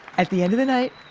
at the end of the night,